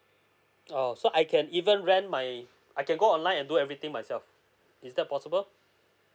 oo so I can even rent my I can go online and do everything myself is that possible